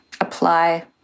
apply